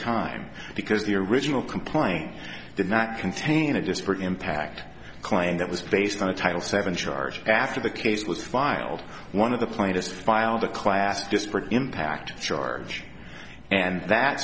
time because the original complaint did not contain a disparate impact claim that was based on a title seven charge after the case with filed one of the plainest filed a class disparate impact charge and that